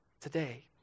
today